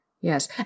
Yes